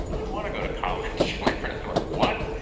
want to go to college. my friends were like, what?